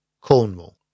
Cornwall